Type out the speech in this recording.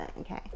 okay